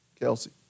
Kelsey